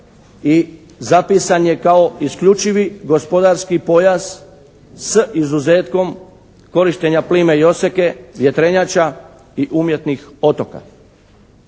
i zapisan je kao isključivi gospodarski pojas s izuzetkom korištenja plime i oseke, vjetrenjača i umjetnih otoka.